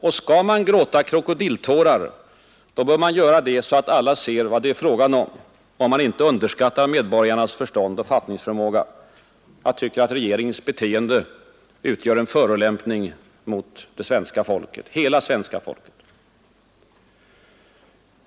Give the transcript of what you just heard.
Och skall man gråta krokodiltårar, då bör man inte göra det så att alla ser vad det är fråga om — om man inte underskattar medborgarnas förstånd och fattningsförmåga. Jag tycker att regeringens beteende utgör en förolämpning mot hela svenska folket.